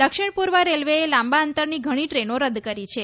દક્ષિણ પૂર્વ રેલવેએ લાંબા અંતરની ઘણી ટ્રેનો રદ કરી છે